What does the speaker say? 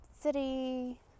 city